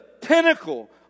pinnacle